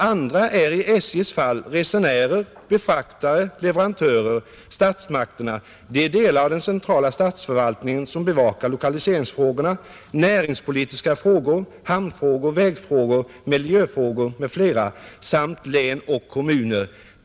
Andra är i SJ:s fall resenärer, befraktare, leverantörer, statsmakterna, de delar av den centrala statsförvaltningen som bevakar lokaliseringsfrågor, näringspolitiska frågor, hamnfrågor, vägfrågor, miljöfrågor m.fl. samt län och kommuner.